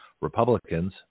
Republicans